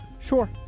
Sure